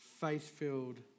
faith-filled